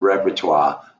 repertoire